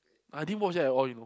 I didn't watch that at all you know